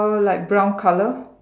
err like brown colour